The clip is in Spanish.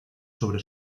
sobre